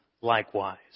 likewise